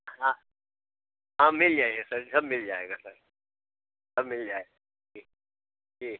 हाँ हाँ मिल जाएगा सर सब मिल जाएगा सर सब मिल जाएगा ठीक ठीक है